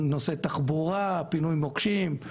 עוסקת גם בפינוי מוקשים,